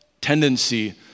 tendency